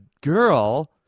girl